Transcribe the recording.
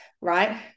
right